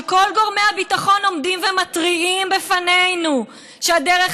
כשכל גורמי הביטחון עומדים ומתריעים בפנינו שהדרך